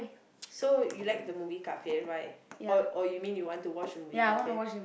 so you like the movie Garfield right or or you mean you want to watch the movie Garfield